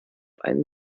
einen